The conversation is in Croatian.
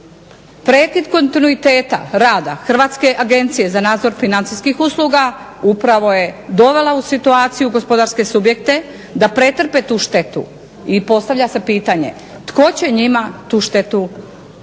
Prekid kontinuiteta rada Hrvatske agencije za nadzor financijskih usluga upravo je dovela u situaciju gospodarske subjekte da pretrpe tu štetu i postavlja se pitanje tko će njima tu štetu